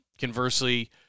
Conversely